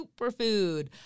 superfood